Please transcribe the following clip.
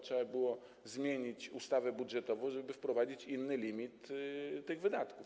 Trzeba by było zmienić ustawę budżetową, żeby wprowadzić inny limit tych wydatków.